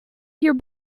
your